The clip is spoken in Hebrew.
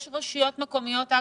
אגב,